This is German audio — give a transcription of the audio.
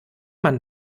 man